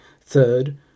Third